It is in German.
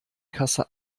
kasse